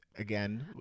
Again